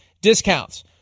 discounts